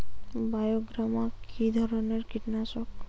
বায়োগ্রামা কিধরনের কীটনাশক?